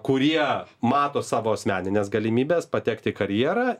kurie mato savo asmenines galimybes patekti karjerą